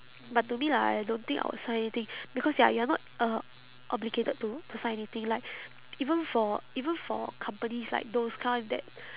but to me lah I don't think I would sign anything because ya you are not uh obligated to to sign anything like even for even for companies like those kind that